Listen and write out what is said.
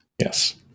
Yes